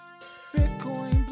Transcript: Bitcoin